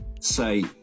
Say